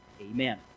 Amen